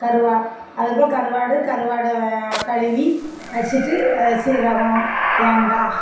கருவா அதுக்கப்பறம் கருவாடு கருவாடை கழுவி வச்சிட்டு சீரகம் தேங்காய்